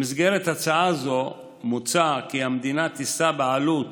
במסגרת הצעה זו מוצע כי המדינה תישא בעלות